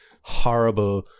horrible